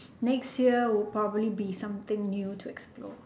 next year will probably be something new to explore